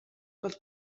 pod